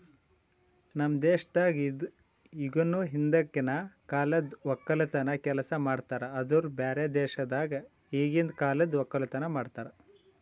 ನಮ್ ದೇಶದಾಗ್ ಇಗನು ಹಿಂದಕಿನ ಕಾಲದ್ ಒಕ್ಕಲತನದ್ ಕೆಲಸ ಮಾಡ್ತಾರ್ ಆದುರ್ ಬ್ಯಾರೆ ದೇಶದಾಗ್ ಈಗಿಂದ್ ಕಾಲದ್ ಒಕ್ಕಲತನ ಮಾಡ್ತಾರ್